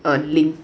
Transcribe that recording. err link